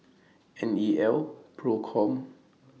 N E L PROCOM